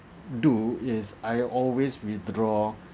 do is I always withdraw